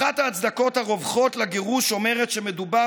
אחת ההצדקות הרווחות לגירוש אומרת שמדובר